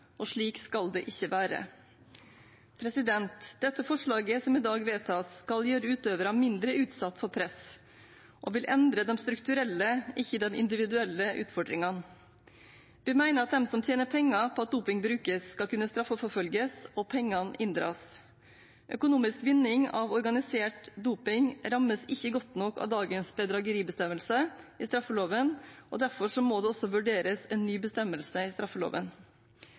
og slik skal det ikke være. Dette forslaget som i dag vedtas, skal gjøre utøvere mindre utsatt for press og vil endre de strukturelle, ikke de individuelle, utfordringene. Vi mener at de som tjener penger på at doping brukes, skal kunne straffeforfølges, og at pengene skal inndras. Økonomisk vinning av organisert doping rammes ikke godt nok av dagens bedrageribestemmelse i straffeloven. Derfor må en ny bestemmelse i straffeloven